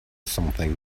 something